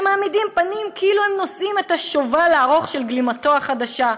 שמעמידים פנים כאילו הם נושאים את השובל הארוך של גלימתו החדשה.